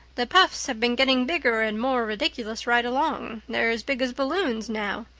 the puffs have been getting bigger and more ridiculous right along they're as big as balloons now.